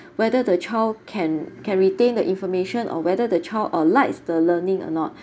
whether the child can can retain the information or whether the child or likes the learning or not